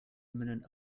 imminent